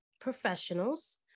professionals